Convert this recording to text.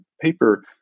paper